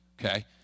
okay